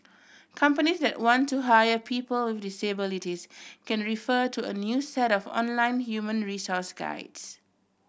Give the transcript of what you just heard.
companies that want to hire people with disabilities can refer to a new set of online human resource guides